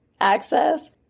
access